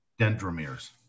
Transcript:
Dendromeres